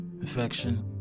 infection